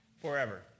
forever